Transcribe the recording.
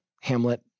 Hamlet